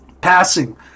passing